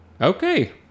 Okay